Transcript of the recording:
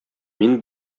мин